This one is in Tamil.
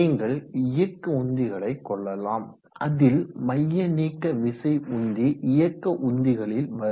நீங்கள் இயக்க உந்திகளை கொள்ளலாம் அதில் மையநீக்கவிசை உந்தி இயக்க உந்திகளில் வரும்